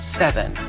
seven